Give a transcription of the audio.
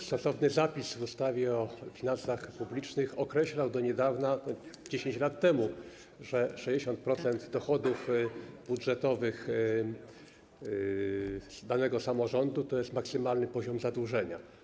Stosowny zapis w ustawie o finansach publicznych określał do niedawna, 10 lat temu, że 60% dochodów budżetowych danego samorządu to jest maksymalny poziom zadłużenia.